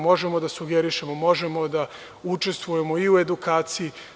Možemo da sugerišemo, možemo da učestvujemo i u edukaciji.